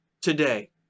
Today